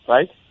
Right